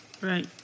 Right